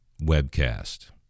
webcast